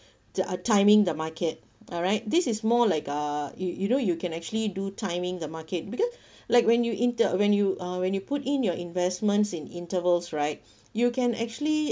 the uh timing the market alright this is more like uh you you know you can actually do timing the market because like when you into when you uh when you put in your investments in intervals right you can actually